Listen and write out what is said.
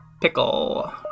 pickle